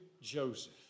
Joseph